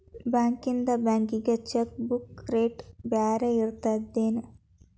ಬಾಂಕ್ಯಿಂದ ಬ್ಯಾಂಕಿಗಿ cheque book rate ಬ್ಯಾರೆ ಇರ್ತದೇನ್